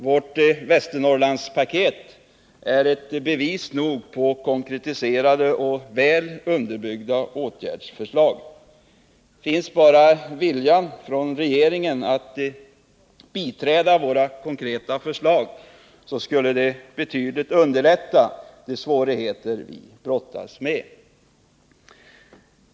Vårt Västernorrlandspaket är ett bevis nog på konkretiserade och väl underbyggda åtgärdsförslag. Funnes bara viljan från regeringen att biträda våra konkreta förslag, skulle det betydligt underlätta strävandena att komma till rätta med de svårigheter vi brottas med.